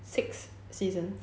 six seasons